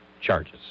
charges